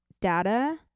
data